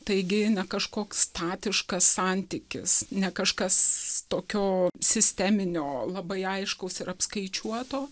taigi ne kažkoks statiškas santykis ne kažkas tokio sisteminio labai aiškaus ir apskaičiuoto